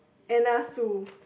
Anna-Sue